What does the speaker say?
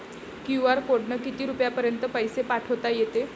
QR कोडनं किती रुपयापर्यंत पैसे पाठोता येते?